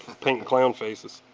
paint clown faces.